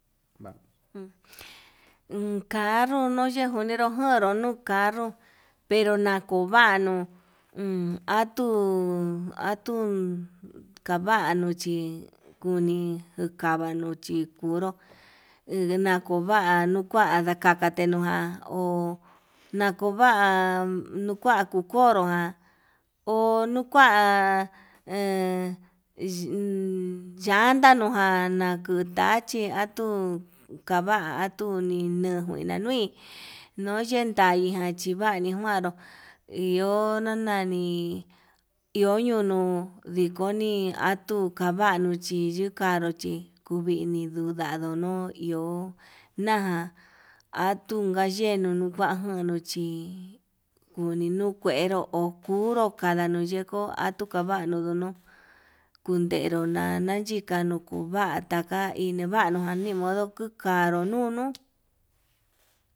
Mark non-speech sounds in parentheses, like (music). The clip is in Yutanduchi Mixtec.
Uun carru nuyenro kuniro jonró carro pero nakuvanu, uun atuu atuu kavanuu chí kuni kukanuu chikunru eguena kova'a nukua katenua ho nakuva kukua kuu konrojan ho nukua he yii yandanuján, nakutachi akuu kava atuu nakuina nui noyentai nijan yikuan nijuaru iho yanani iho ñunuu ndikoni atuu kavanu chí yukanru chi kuu vini n (hesitation) du kono iho naján, atunka yenuu nukuan ján nuchi kuni nuu kueró ho kunru kandanuu yekuu atuu kavanuu ndunuu, nduntero nana chikanu nukuva taka ino javanujan nimodo kukanru nunu.